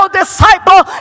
disciple